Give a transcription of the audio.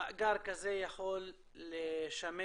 מאגר כזה יכול לשמש